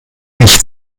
nicht